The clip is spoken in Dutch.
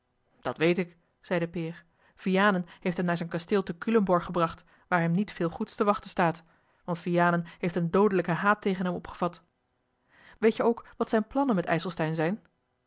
dat weet ik zeide peer vianen heeft hem naar zijn kasteel te culemborg gebracht waar hem niet veel goeds te wachten staat want vianen heeft een doodelijken haat tegen hem opgevat weet je ook wat zijne plannen met ijselstein zijn